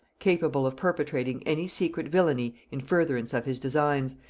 capable of perpetrating any secret villainy in furtherance of his designs,